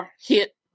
hit